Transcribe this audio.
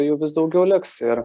jų vis daugiau liks ir